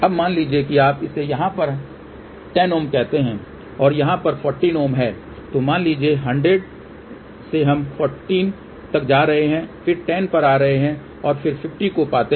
अब मान लीजिए कि आप इसे यहाँ पर 10 Ω कहते हैं और यहाँ पर 14 Ω है तो मान लीजिए 100 से हम 14 तक जा रहे हैं फिर 10 पर आ रहे हैं और फिर 50 को पाते हैं